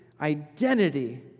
identity